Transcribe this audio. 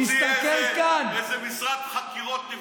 תסתכל כאן, איזה משרד חקירות לבדוק מה אתה עושה.